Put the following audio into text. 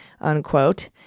unquote